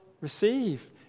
receive